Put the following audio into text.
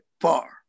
far